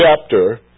chapter